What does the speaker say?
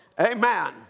Amen